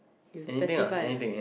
you specify ah